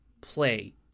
play